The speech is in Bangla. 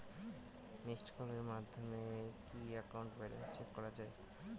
মিসড্ কলের মাধ্যমে কি একাউন্ট ব্যালেন্স চেক করা যায়?